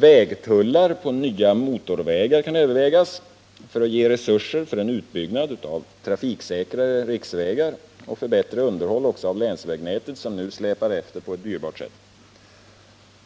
Vägtullar på nya motorvägar kan övervägas för att ge resurser för en utbyggnad av trafiksäkrare riksvägar och förbättra underhåll av länsvägnätet, som nu släpar efter på ett dyrbart sätt.